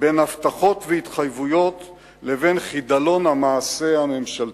בין הבטחות והתחייבויות לבין חדלון המעשה הממשלתי.